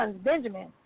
Benjamin